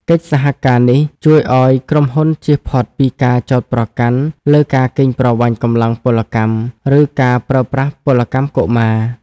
កិច្ចសហការនេះជួយឱ្យក្រុមហ៊ុនជៀសផុតពីការចោទប្រកាន់លើការកេងប្រវ័ញ្ចកម្លាំងពលកម្ម ឬការប្រើប្រាស់ពលកម្មកុមារ។